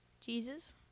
Jesus